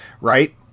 right